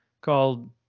called